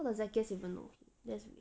what does zakirs even know that's weird